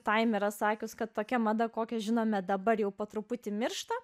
tai yra sakius kad tokia mada kokią žinome dabar jau po truputį miršta